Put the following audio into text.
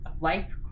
life